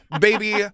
Baby